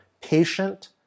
patient